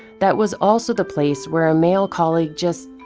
that was also the place where a male colleague just,